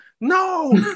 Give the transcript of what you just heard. no